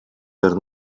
per